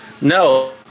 No